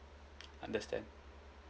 understand